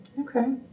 Okay